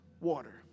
water